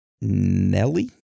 Nelly